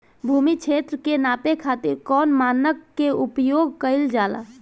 भूमि क्षेत्र के नापे खातिर कौन मानक के उपयोग कइल जाला?